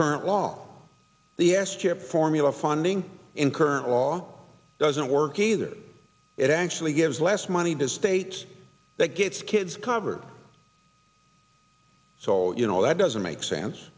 current law the s chip formula funding in current law doesn't work either it actually gives less money to states that gets kids covered so you know that doesn't make sense